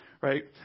right